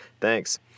Thanks